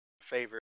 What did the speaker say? favorite